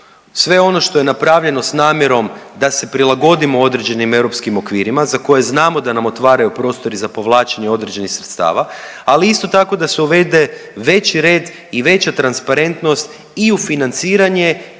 sve ono što je napravljeno s namjerom da se prilagodimo određenim europskim okvirima za koje znamo da nam otvaraju prostor i za povlačenje određenih sredstava, ali isto tako da se uvede veći red i veća transparentnost i u financiranje